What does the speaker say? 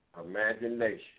Imagination